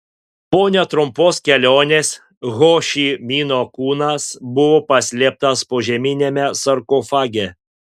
po netrumpos kelionės ho ši mino kūnas buvo paslėptas požeminiame sarkofage